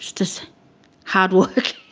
just hard work.